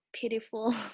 pitiful